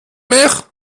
mich